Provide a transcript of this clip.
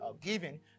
giving